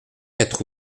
quatre